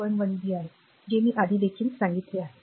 १ B आहे जे मी आधी देखील सांगितले होते बरोबर